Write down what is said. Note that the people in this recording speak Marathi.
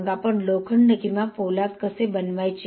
मग आपण लोखंड किंवा पोलाद कसे बनवायचे